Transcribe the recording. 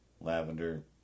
Lavender